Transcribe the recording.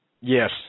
Yes